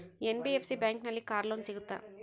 NBFC ಬ್ಯಾಂಕಿನಲ್ಲಿ car loan ಸಿಗುತ್ತಾ?